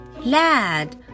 Lad